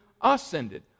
ascended